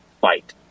fight